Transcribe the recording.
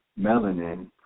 melanin